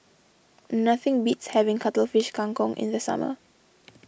nothing beats having Cuttlefish Kang Kong in the summer